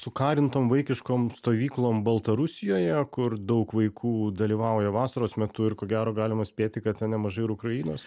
sukarintom vaikiškom stovyklom baltarusijoje kur daug vaikų dalyvauja vasaros metu ir ko gero galima spėti kad ten nemažai ir ukrainos